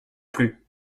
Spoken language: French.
plus